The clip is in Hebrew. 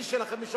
שליש של 5%,